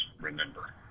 remember